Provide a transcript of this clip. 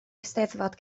eisteddfod